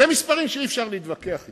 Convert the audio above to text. אלה מספרים שאי-אפשר להתווכח אתם.